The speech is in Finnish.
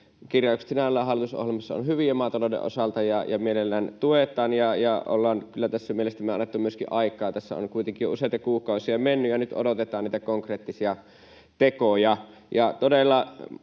kirjaukset sinällään hallitusohjelmassa ovat hyviä maatalouden osalta ja mielellään niitä tuetaan, ja ollaan kyllä tässä mielestäni annettu myöskin aikaa. Tässä on kuitenkin useita kuukausia mennyt, ja nyt odotetaan niitä konkreettisia tekoja.